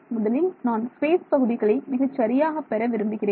முதலில் நான் ஸ்பேஸ் பகுதிகளை மிகச்சரியாக பெற விரும்புகிறேன்